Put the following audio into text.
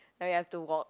but you have to walk